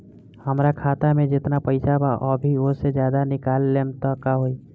हमरा खाता मे जेतना पईसा बा अभीओसे ज्यादा निकालेम त का होई?